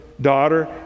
daughter